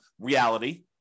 reality